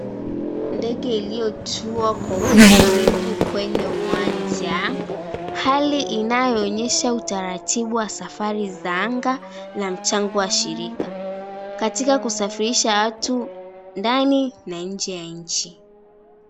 Ndege iliotua kwa utulivu kwenye uwanja. Hali inayoonyesha utaratibu wa safari za anga la mchango wa shirika katika kusafirisha watu ndani na nje ya nchi.